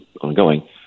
ongoing